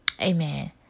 Amen